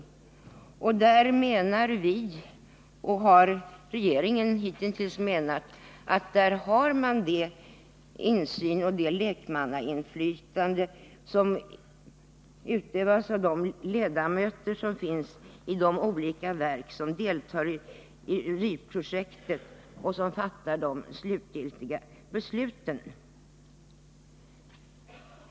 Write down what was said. Utskottsmajoriteten menar — liksom regeringen hittills — att där har man den insynen och det lekmannainflytandet, som utövas av de ledamöter som finns i de olika verk som medverkar i RI-projektet och som fattar de slutgiltiga besluten.